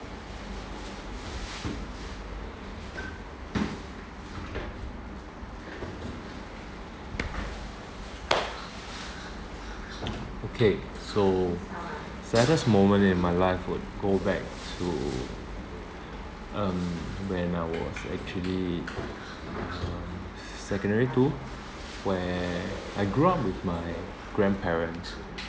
okay so saddest moment in my life would go back to um when I was actually uh secondary two where I grew up with my grandparents